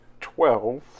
Twelve